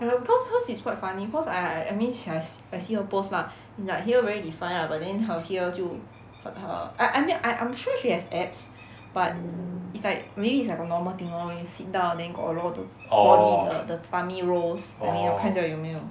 oh ya because hers is quite funny cause I I I I mean she~ I see her post lah like here very defined lah but then her here 就 h~ her I I mean I~ I'm sure she has abs but it's like maybe it's like a normal thing lor when you sit down then got a lot of the body the tummy rolls I mean 我看一下有没有